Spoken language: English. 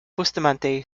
bustamante